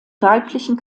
weiblichen